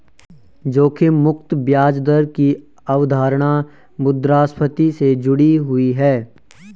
जोखिम मुक्त ब्याज दर की अवधारणा मुद्रास्फति से जुड़ी हुई है